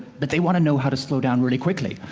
but they want to know how to slow down really quickly.